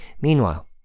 Meanwhile